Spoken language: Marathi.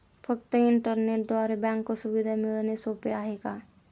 फक्त इंटरनेटद्वारे बँक सुविधा मिळणे सोपे आहे का?